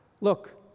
Look